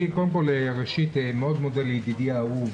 ראשית, אני מאוד מודה לידידי האהוב